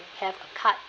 have a card